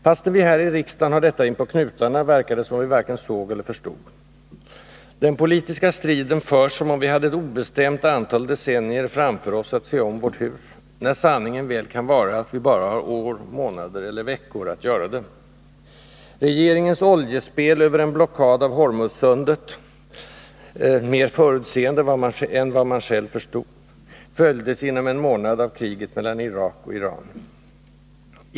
Fastän vi här i riksdagen har detta inpå knutarna verkar det som om vi varken såg eller förstod. Den politiska striden förs som om vi hade ett obestämt antal decennier framför oss att se om vårt hus, när sanningen väl kan vara att vi bara har några år, månader eller veckor att göra det. Regeringens oljespel över en blockad av Hormuzsundet — mera förutseende än vad man själv förstod — följdes inom en månad av kriget mellan Irak och Iran.